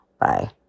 Bye